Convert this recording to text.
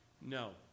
No